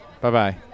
Bye-bye